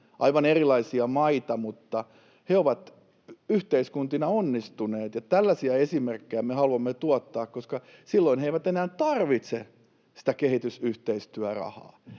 aivan erilaisia maita — ne ovat yhteiskuntina onnistuneet, ja tällaisia esimerkkejä me haluamme tuottaa, koska silloin ne eivät enää tarvitse sitä kehitysyhteistyörahaa.